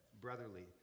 brotherly